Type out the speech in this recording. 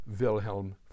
Wilhelm